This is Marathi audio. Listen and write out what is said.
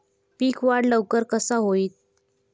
पीक वाढ लवकर कसा होईत?